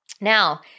Now